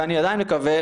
ואני עדיין מקווה,